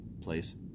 place